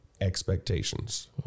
expectations